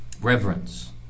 Reverence